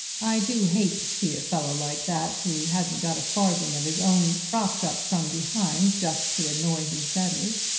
i do hate to see a fellow like that who hasn't got a farthing of his own, propped up from behind just to annoy his betters.